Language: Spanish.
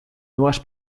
nuevas